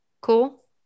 Cool